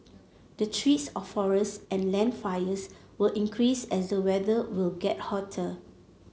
the threats of forest and land fires will increase as the weather will get hotter